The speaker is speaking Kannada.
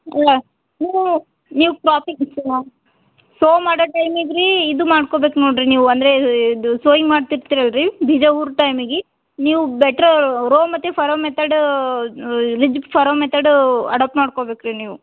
ಅಲ್ಲ ನೀವೂ ನೀವು ಸೋವ್ ಮಾಡೋ ಟೈಮಿಗೆ ರೀ ಇದು ಮಾಡ್ಕೋಬೇಕು ನೋಡ್ರಿ ನೀವು ಅಂದರೆ ಇದು ಸೋಯಿಂಗ್ ಮಾಡ್ತಿರ್ತಿರಲ್ಲ ರೀ ಬೀಜ ಊರೋ ಟೈಮಿಗೆ ನೀವು ಬೆಟರ್ ರೋ ಮತ್ತು furrow method ridged furrow method adapt ಮಾಡ್ಕೋಬೇಕು ರೀ ನೀವು